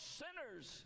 sinners